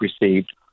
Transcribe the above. received